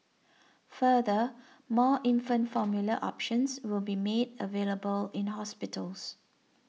further more infant formula options will be me available in hospitals